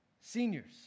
seniors